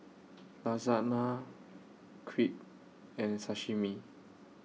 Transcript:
Lasagna Crepe and Sashimi